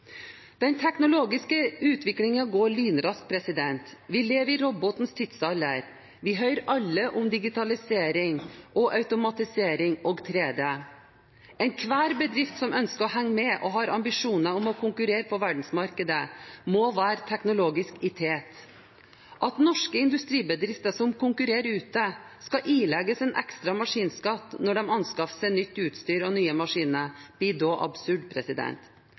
Den teknologiske utviklingen går lynraskt. Vi lever i robotenes tidsalder, vi hører alle om digitalisering og automatisering og 3D. Enhver bedrift som ønsker å henge med og har ambisjoner om å konkurrere på verdensmarkedet, må være teknologisk i tet. At norske industribedrifter som konkurrerer ute, skal ilegges en ekstra maskinskatt når de anskaffer seg nytt utstyr og nye maskiner, blir da absurd.